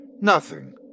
Nothing